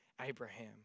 Abraham